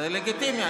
זה לגיטימי.